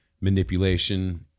manipulation